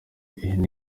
ihene